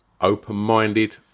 open-minded